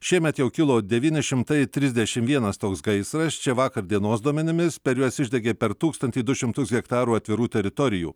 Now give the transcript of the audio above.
šiemet jau kilo devyni šimtai trisdešim vienas toks gaisras čia vakar dienos duomenimis per juos išdegė per tūkstantį du šimtus hektarų atvirų teritorijų